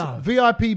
VIP